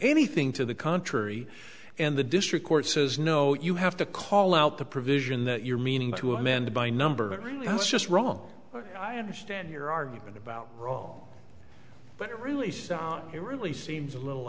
anything to the contrary and the district court says no you have to call out the provision that you're meaning to amend by number that's just wrong i understand your argument about wrong but really it really seems a little